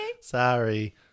Sorry